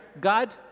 God